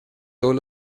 todos